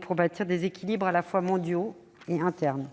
pour bâtir des équilibres à la fois mondiaux et internes.